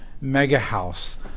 mega-house